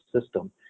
system